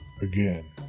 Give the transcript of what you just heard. Again